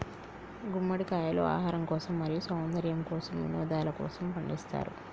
గుమ్మడికాయలు ఆహారం కోసం, మరియు సౌందర్యము కోసం, వినోదలకోసము పండిస్తారు